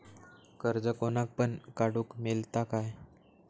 कर्ज कोणाक पण काडूक मेलता काय?